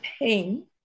pain